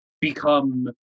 become